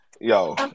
yo